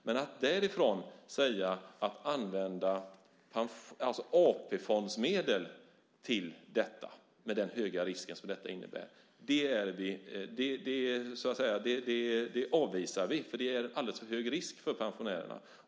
Men att därifrån gå till att använda AP-fondsmedel till detta, med den höga risk som det innebär, avvisar vi. Det är alldeles för hög risk för pensionärerna.